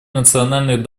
национальных